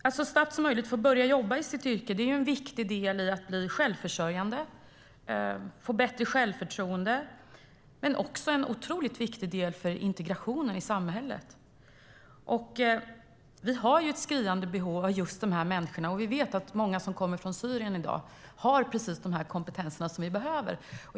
Att så snabbt som möjligt få börja jobba i sitt yrke är en viktig del i att bli självförsörjande och få bättre självförtroende. Det är också viktigt för integrationen i samhället. Vi har ett skriande behov av dessa människor. Många av dem som kommer från Syrien har just de kompetenser vi behöver.